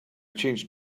changed